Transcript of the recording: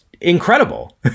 incredible